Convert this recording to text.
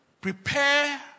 prepare